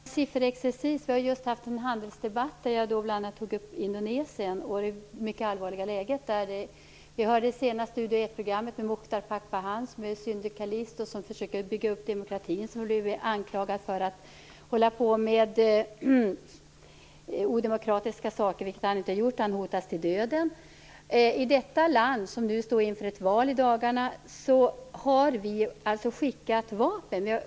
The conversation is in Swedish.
Fru talman! Nyss var det fråga om sifferexercis, då vi hade en handelsdebatt. Där tog jag bl.a. upp det mycket allvarliga läget i Indonesien. I det sena Studio Ett-programmet hörde vi Muchtar Pakpahan, som är syndikalist och försöker bygga upp demokratin. Han har blivit anklagad för att syssla med odemokratiska saker, vilket han inte har gjort. Han hotas till döden. Till detta land, som står inför ett val i dagarna, har vi skickat vapen.